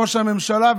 ראש הממשלה,